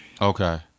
Okay